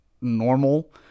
normal